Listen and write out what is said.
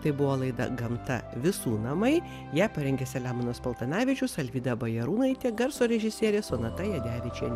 tai buvo laida gamta visų namai ją parengė selemonas paltanavičius alvyda bajarūnaitė garso režisierė sonata jadevičienė